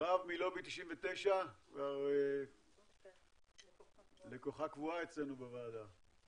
מרב מלובי 99. לקוחה קבועה אצלנו בוועדה.